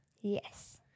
Yes